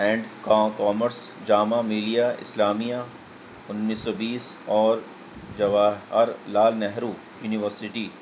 and commerce Jamia Millia Islamia انیس سو بیس اور جواہر لال نہرو یونیورسٹی